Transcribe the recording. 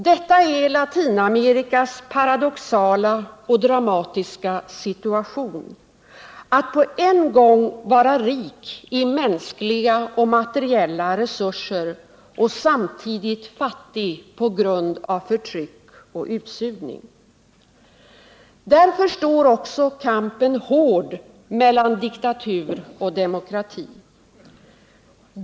Detta är Latinamerikas paradoxala och dramatiska situation: att vara rik i mänskliga och materiella resurser, och samtidigt fattig på grund av förtryck och utsugning. Därför står också kampen hård mellan diktatur och demokrati.